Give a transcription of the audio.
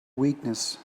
weakness